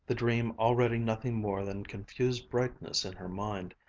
the dream already nothing more than confused brightness in her mind.